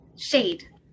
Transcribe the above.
Shade